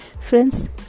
friends